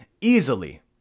easily